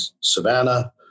Savannah